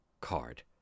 card